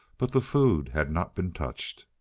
but the food had not been touched.